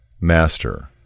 Master